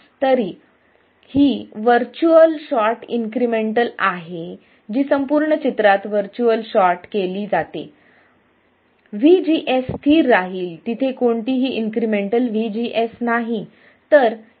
तर ही virtual short incremental आहे जी संपूर्ण चित्रात व्हर्च्युअल शॉर्ट केली जाते VGS स्थिर राहील तिथे कोणतीही इन्क्रिमेंटल VGS नाही